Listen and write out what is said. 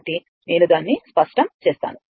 కాబట్టి నేను దానిని స్పష్టం చేస్తాను